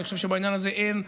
אני חושב שבעניין הזה אין מחלוקת.